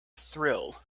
thrill